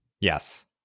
Yes